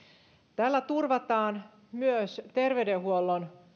tällä turvataan myös terveydenhuollon